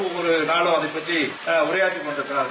ஒவ்வொரு நாளும் இதபற்றி உரையாற்றிக் கொண்டிருக்கிறார்கள்